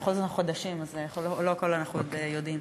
בכל זאת אנחנו חדשים אז לא הכול אנחנו יודעים.